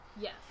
Yes